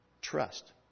trust